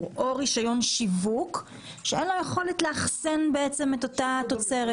או רישיון שיווק שאין לו יכולת לאחסן את אותה תוצרת.